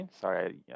sorry